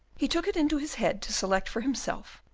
he took it into his head to select for himself,